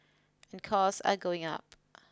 and costs are going up